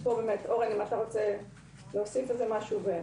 אם אורן רוצה להוסיף משהו, בבקשה.